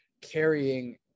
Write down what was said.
carrying